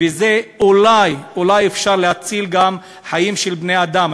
בזה אולי, אולי, אפשר להציל גם חיים של בני-אדם.